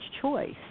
choice